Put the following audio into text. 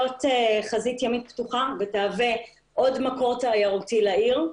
חזית ימית פתוחה ותהווה עוד מקור תיירותי לעיר,